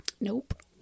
Nope